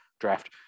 draft